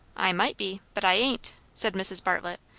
i might be but i ain't, said mrs. bartlett,